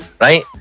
right